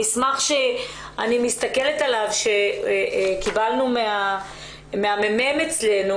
המסמך שאני מסתכלת עליו שקיבלנו מהמ"מ אצלנו.